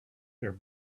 their